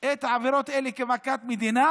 את העבירות האלה כמכת מדינה,